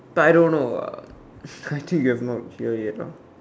but I don't know I think you have not hear it lo